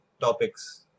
topics